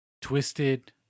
Twisted